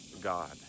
God